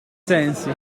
sensi